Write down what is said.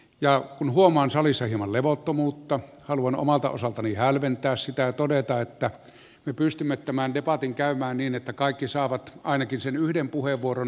ja kun huomaan salissa hieman levottomuutta haluan omalta osaltani hälventää sitä ja todeta että me pystymme tämän debatin käymään niin että kaikki ne jotka ovat nyt tänne listautuneet saavat ainakin sen yhden puheenvuoron